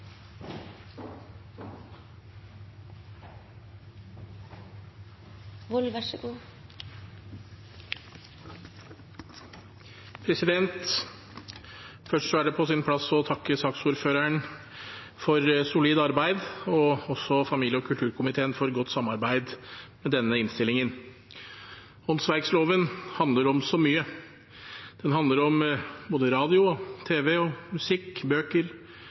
på sin plass å takke saksordføreren for et solid arbeid og familie- og kulturkomiteen for et godt samarbeid om denne innstillingen. Åndsverkloven handler om så mye. Den handler om radio, tv, musikk, bøker,